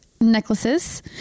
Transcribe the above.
necklaces